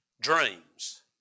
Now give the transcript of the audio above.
dreams